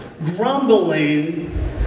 Grumbling